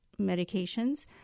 medications